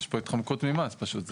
יש פה התחמקות ממס פשוט.